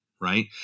right